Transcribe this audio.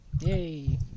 Yay